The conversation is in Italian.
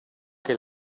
che